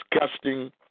disgusting